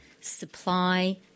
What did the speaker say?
supply